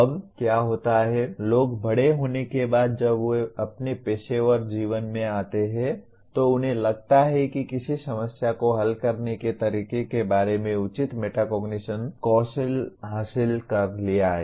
अब क्या होता है लोग बड़े होने के बाद जब वे अपने पेशेवर जीवन में आते हैं तो उन्हें लगता है कि किसी समस्या को हल करने के तरीके के बारे में उचित मेटाकोग्निशन कौशल हासिल कर लिया है